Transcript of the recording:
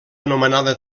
anomenada